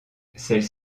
celles